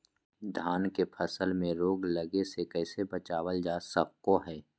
धान के फसल में रोग लगे से कैसे बचाबल जा सको हय?